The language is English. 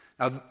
Now